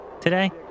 today